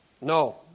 No